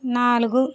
నాలుగు